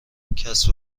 کسب